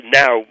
now